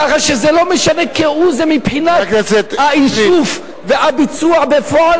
כך שזה לא משנה כהוא-זה מבחינת האיסוף והביצוע בפועל,